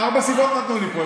ארבע סיבות נתנו פה.